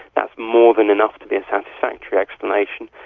that is more than enough to be a satisfactory explanation,